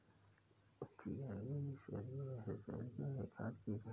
chia बीज Salvia hispanica के खाद्य बीज हैं